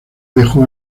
dejó